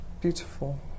beautiful